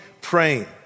praying